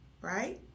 right